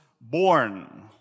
born